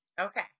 Okay